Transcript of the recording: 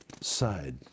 side